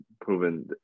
proven